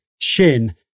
shin